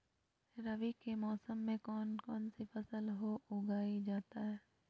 रवि के मौसम में कौन कौन सी फसल को उगाई जाता है?